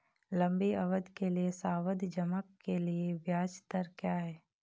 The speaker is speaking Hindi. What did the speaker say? लंबी अवधि के सावधि जमा के लिए ब्याज दर क्या है?